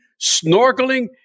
snorkeling